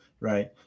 right